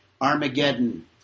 Armageddon